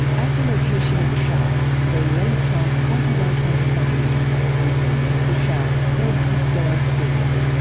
at the location of the shafts they lay a trunk twenty by twenty centimeters which will make the shaft towards the star sirius.